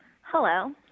hello